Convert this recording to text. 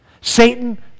Satan